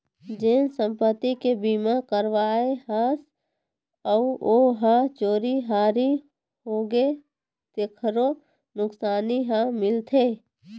जेन संपत्ति के बीमा करवाए हस अउ ओ ह चोरी हारी होगे तेखरो नुकसानी ह मिलथे